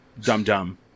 dum-dum